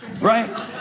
right